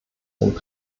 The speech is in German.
sind